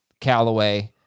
Callaway